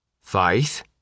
Faith